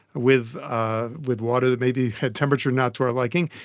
with ah with water that maybe had temperature not to our liking,